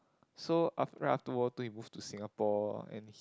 so af~ right after World War Two he moved to Singapore and he